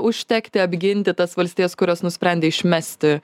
užtekti apginti tas valstijas kurios nusprendė išmesti